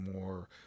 more